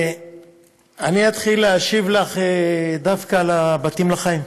אני אתחיל להשיב לך דווקא על הבתים לחיים.